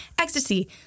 ecstasy